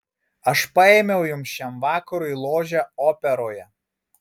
aš paėmiau jums šiam vakarui ložę operoje